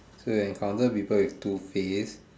so you encounter people with two face